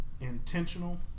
intentional